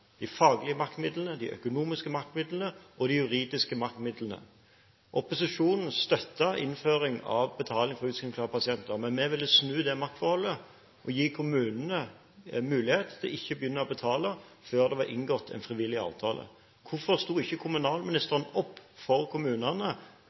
de faglige maktmidlene, de økonomiske maktmidlene og de juridiske maktmidlene. Opposisjonen støttet innføring av betaling for utskrivingsklare pasienter, men vi ville snu maktforholdet og gi kommunene mulighet til ikke å begynne å betale før det var inngått en frivillig avtale. Hvorfor sto ikke